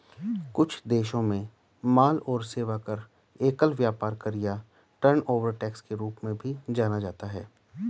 कुछ देशों में माल और सेवा कर, एकल व्यापार कर या टर्नओवर टैक्स के रूप में भी जाना जाता है